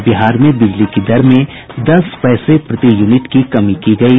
और बिहार में बिजली की दर में दस पैसे प्रति यूनिट की कमी की गयी